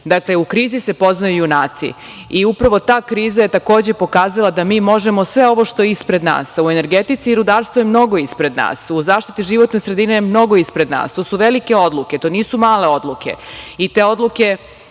dakle u krizi se poznaju junaci. Upravo ta kriza je takođe pokazala da mi možemo sve ovo što je ispred nas, a u energetici i rudarstvu je mnogo ispred nas, u zaštiti životne sredine je mnogo ispred nas. To su velike odluke, to nisu male odluke i te odluke